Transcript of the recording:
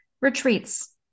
retreats